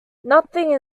nothing